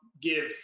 give